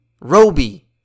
Roby